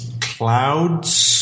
Clouds